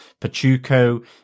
Pachuco